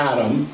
Adam